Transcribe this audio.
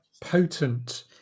potent